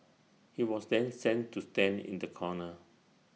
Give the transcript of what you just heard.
he was then sent to stand in the corner